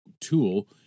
tool